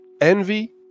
Envy